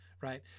right